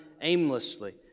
aimlessly